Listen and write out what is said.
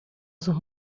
sus